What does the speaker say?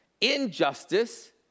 Injustice